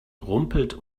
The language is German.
rumpelt